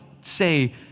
say